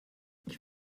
ich